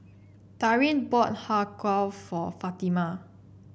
Darin bought Har Kow for Fatima